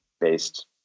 based